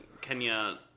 Kenya